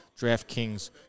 DraftKings